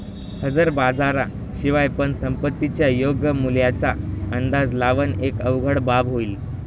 हजर बाजारा शिवाय पण संपत्तीच्या योग्य मूल्याचा अंदाज लावण एक अवघड बाब होईल